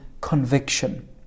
conviction